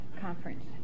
conference